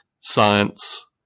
science